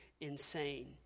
insane